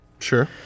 Sure